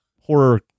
horror